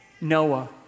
Noah